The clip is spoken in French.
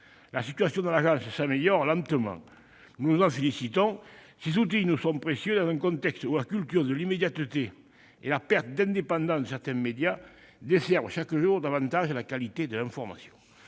La situation de l'agence s'améliore lentement. Nous nous en félicitons. Ces outils nous sont précieux dans un contexte où la culture de l'immédiateté et la perte d'indépendance de certains médias desservent chaque jour davantage la qualité de l'information.